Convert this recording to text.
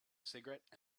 cigarette